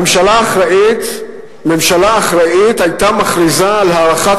ממשלה אחראית היתה מכריזה על הארכת